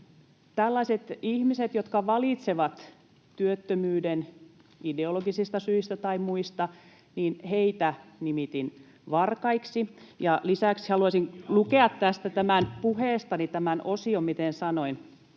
Tällaisia ihmisiä, jotka valitsevat työttömyyden ideologisista syistä tai muista, nimitin varkaiksi. [Vasemmalta: Ja loisiksi!] Lisäksi haluaisin lukea tästä puheestani tämän osion, miten sanoin: